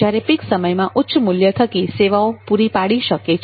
જ્યારે પીક સમયમાં ઉચ્ચ મૂલ્ય થકી સેવાઓ પૂરી પાડી શકે છે